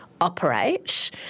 operate